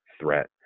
threat